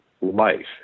life